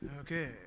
Okay